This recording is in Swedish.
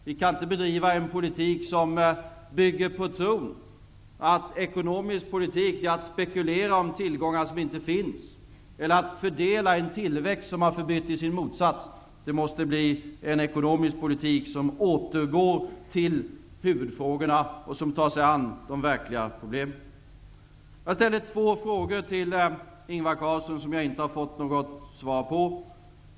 Vi kan inte bedriva en politik som bygger på tron att ekonomisk politik är att spekulera om tillgångar som inte finns eller att fördela en tillväxt som har förbytts i sin motsats. Det måste bli en ekonomisk politik som återgår till huvudfrågorna och som tar sig an de verkliga problemen. Jag ställde två frågor till Ingvar Carlsson som jag inte har fått något svar på.